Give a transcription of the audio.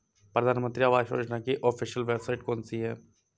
प्रधानमंत्री आवास योजना की official website कौन सी है?